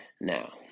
now